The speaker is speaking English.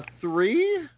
Three